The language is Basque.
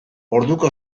orduko